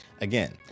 again